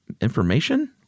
Information